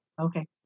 Okay